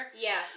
Yes